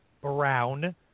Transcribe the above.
brown